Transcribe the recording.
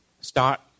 start